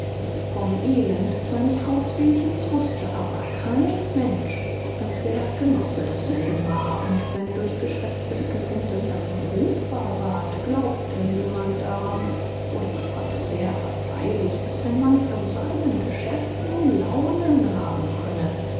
vom elend seines hauswesens wußte aber kein mensch als wer genosse desselben war und wenn durch geschwätz des gesindes davon ruchbar ward glaubte niemand daran oder man fand es sehr verzeihlich daß ein mann von seinen geschäften launen haben könne